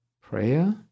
prayer